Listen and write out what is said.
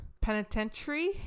Penitentiary